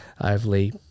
overly